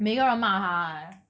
每一个人骂她 leh